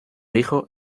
hijo